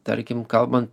tarkim kalbant